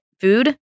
food